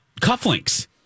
cufflinks